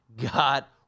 got